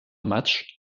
matchs